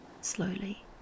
slowly